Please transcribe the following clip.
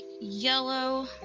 yellow